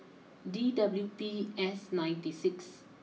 D W P S ninety six